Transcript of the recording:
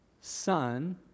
Son